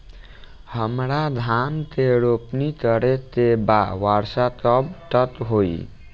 हमरा धान के रोपनी करे के बा वर्षा कब तक होई?